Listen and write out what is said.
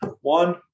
One